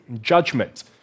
judgment